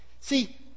See